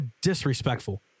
disrespectful